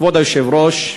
כבוד היושב-ראש,